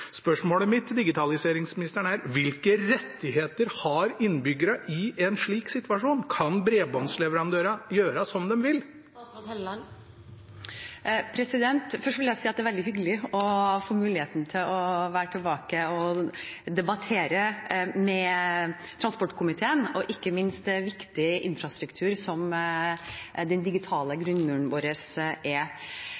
Spørsmålet mitt til digitaliseringsministeren er: Hvilke rettigheter har innbyggerne i en slik situasjon? Kan bredbåndsleverandørene gjøre som de vil? Først vil jeg si at det er veldig hyggelig å få muligheten til å være tilbake og debattere med transportkomiteen, ikke minst viktig infrastruktur som den digitale